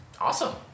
Awesome